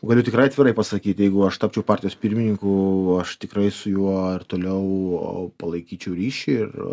galiu tikrai atvirai pasakyt jeigu aš tapčiau partijos pirmininku aš tikrai su juo ir toliau palaikyčiau ryšį ir